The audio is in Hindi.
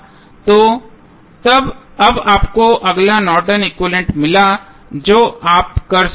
तो अब आपको अगला नॉर्टन एक्विवैलेन्ट Nortons equivalent मिला जो आप कर सकते हैं